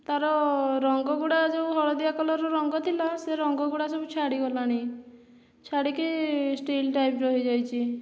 ତାର ରଙ୍ଗଗୁଡ଼ା ଯେଉଁ ହଳଦିଆ କଲରର ରଙ୍ଗ ଥିଲା ସେ ରଙ୍ଗଗୁଡ଼ା ସବୁ ଛାଡ଼ିଗଲାଣି ଛାଡ଼ିକି ଷ୍ଟିଲ୍ ଟାଇପ୍ର ହେଇଯାଇଛି